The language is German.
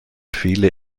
viele